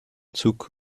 zug